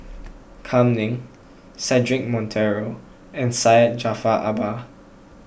Kam Ning Cedric Monteiro and Syed Jaafar Albar